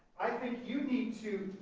i think you need to,